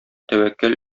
тәвәккәл